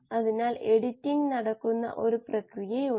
അത് മൊഡ്യൂൾ മൂന്ന് ആയിരുന്നു